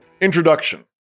Introduction